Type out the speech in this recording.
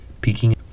peaking